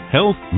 Health